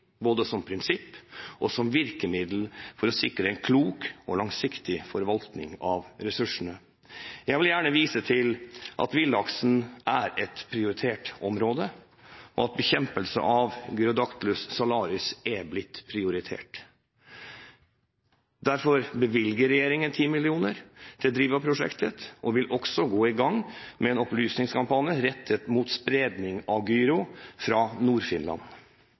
både som prinsipp og som virkemiddel for å sikre en klok og langsiktig forvaltning av ressursene. Jeg vil gjerne vise til at villaksen er et prioritert område, og at bekjempelse av Gyrodactylus salaris er blitt prioritert. Derfor bevilger regjeringen 10 mill. kr Driva-prosjektet og vil også gå i gang med en opplysningskampanje rettet mot spredning av gyro fra